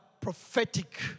prophetic